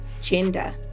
gender